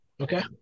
Okay